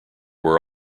were